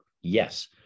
yes